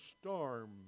storm